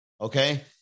Okay